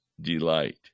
delight